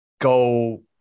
go